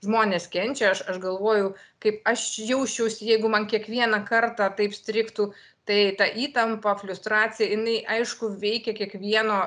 žmonės kenčia aš aš galvoju kaip aš jausčiausi jeigu man kiekvieną kartą taip strigtų tai ta įtampa fliustracija jinai aišku veikia kiekvieno